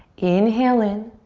inhale in.